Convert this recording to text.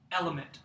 element